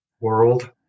world